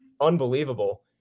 unbelievable